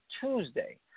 Tuesday